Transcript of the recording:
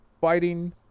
fighting